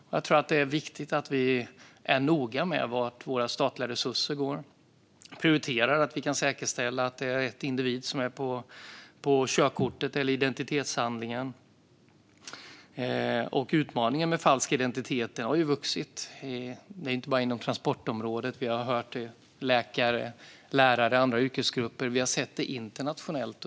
Det är viktigt att vi är noga med vart våra statliga resurser går. Vi ska prioritera att det går att säkerställa att rätt individ finns på körkortet eller identitetshandlingen. Utmaningen med falska identiteter har vuxit, inte bara inom transportområdet. Det gäller även läkare, lärare och andra yrkesgrupper - och de förekommer internationellt.